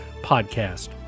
podcast